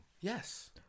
Yes